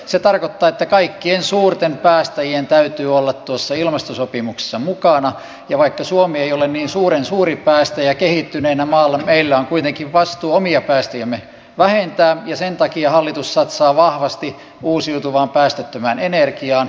se tarkoittaa että kaikkien suurten päästäjien täytyy olla tuossa ilmastosopimuksessa mukana ja vaikka suomi ei ole niin suuren suuri päästäjä kehittyneenä maana meillä on kuitenkin vastuu omia päästöjämme vähentää ja sen takia hallitus satsaa vahvasti uusiutuvaan päästöttömään energiaan